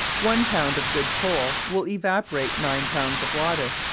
one pound of good coal will evaporate nine pounds of water,